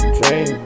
dream